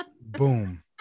Boom